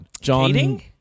John